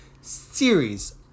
series